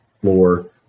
floor